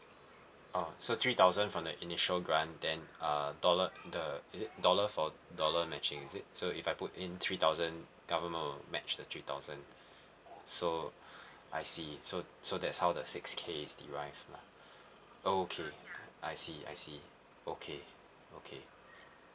oh so three thousand from the initial grant then uh dollar the is it dollar for dollar matching is it so if I put in three thousand government will match the three thousand so I see so so that's how the six k is derived lah okay I see I see okay okay